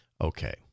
Okay